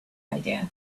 idea